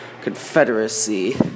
confederacy